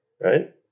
right